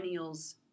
millennials